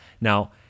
Now